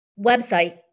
website